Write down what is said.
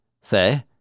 say